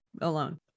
alone